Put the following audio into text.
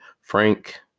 Frank